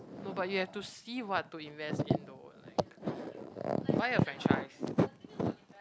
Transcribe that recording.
no but you have to see what to invest in though like buy a franchise